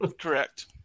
Correct